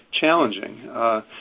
challenging